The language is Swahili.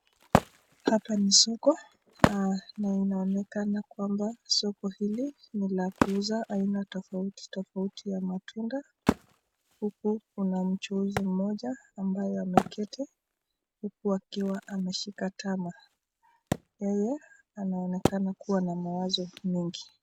Hapa ni soko, na inaonekana kwamba soko hili ni la kuuza aina tofauti tofauti ya matunda huku kuna mchuuzi mmoja ambaye ameketi huku akiwa ameshika tama. Yeye anaonekana kuwa na mawazo mengi.